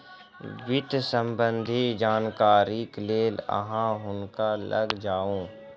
वित्त सम्बन्धी जानकारीक लेल अहाँ हुनका लग जाऊ